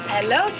Hello